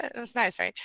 it was nice right.